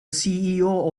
ceo